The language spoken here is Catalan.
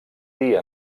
dir